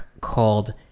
called